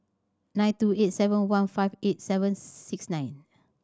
nine two eight seven one five eight seven six nine